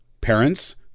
Parents